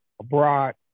abroad